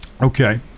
Okay